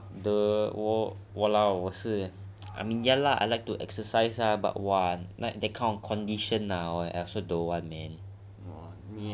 what the 我 !walao! 我是 ya I like to exercise lah but !wah! like that kind of condition ah I also don't want man